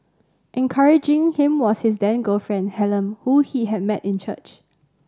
encouraging him was his then girlfriend Helen whom he had met in church